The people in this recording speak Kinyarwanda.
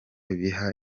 biha